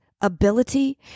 ability